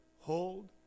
hold